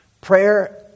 Prayer